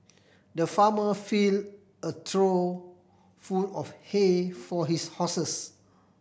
the farmer fill a trough full of hay for his horses